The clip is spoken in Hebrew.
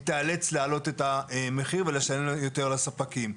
תיאלץ להעלות את מחיר ולשלם יותר לספקים.